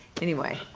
anyway.